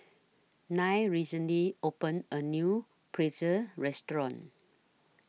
Nya recently opened A New Pretzel Restaurant